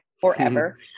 forever